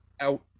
out